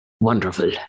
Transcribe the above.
Wonderful